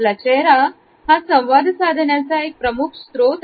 आपला चेहरा हा संवाद साधण्याचा एक प्रमुख स्त्रोत आहे